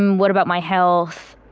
um what about my health.